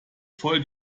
voll